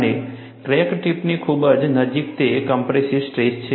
અને ક્રેક ટિપની ખૂબ જ નજીક તે કોમ્પ્રેસિવ સ્ટ્રેસ છે